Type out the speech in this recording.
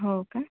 हो का